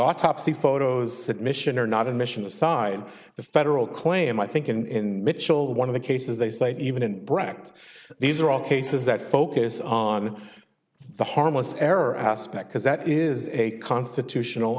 autopsy photos admission are not admission aside the federal claim i think in mitchell one of the cases they say even in brackets these are all cases that focus on the harmless error aspect because that is a constitutional